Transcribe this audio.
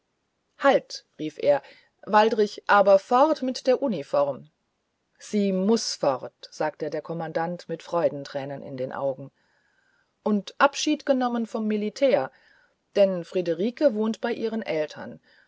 halt rief er waldrich aber fort mit der uniform sie muß fort sagte der kommandant mit freudentränen in den augen und abschied genommen vom militär denn friederike wohnt bei ihren eltern